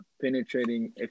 penetrating